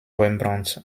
rembrandt